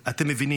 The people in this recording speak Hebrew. אתם מבינים,